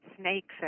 snakes